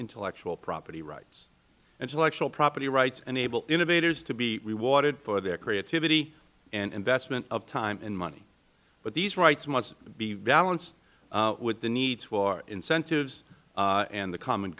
intellectual property rights intellectual property rights enable innovators to be rewarded for their creativity and investment of time and money but these rights must be balanced with the need for incentives and the common